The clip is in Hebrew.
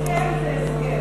הסכם זה הסכם.